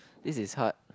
this is hard